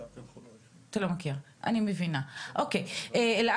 שהדיון הזה שהוא חשוב מאוד בעצם מבקש לדבר על